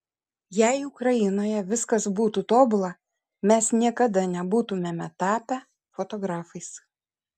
jei ukrainoje viskas būtų tobula mes niekada nebūtumėme tapę fotografais